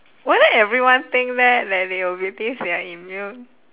why let everyone think that that they will believe they are immune